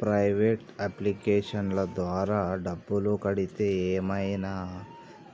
private అప్లికేషన్ల ద్వారా డబ్బులు కడితే ఏమైనా